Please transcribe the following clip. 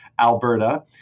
Alberta